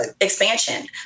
expansion